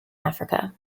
africa